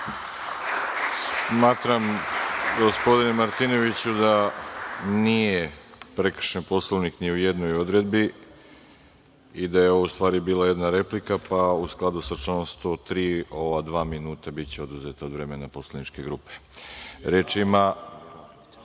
Smatram, gospodine Martinoviću, da nije prekršen Poslovnik ni u jednoj odredbi i da je ovo u stvari bila jedna replika, pa u skladu sa članom 103. ova dva minuta biće oduzeta od vremena poslaničke grupe. Reč ima(Boško